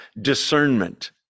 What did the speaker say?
discernment